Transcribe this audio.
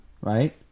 right